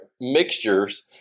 mixtures